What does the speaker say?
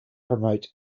promote